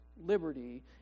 liberty